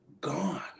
gone